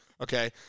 Okay